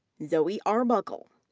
zoe arbuckle,